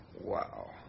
wow